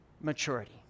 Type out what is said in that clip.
maturity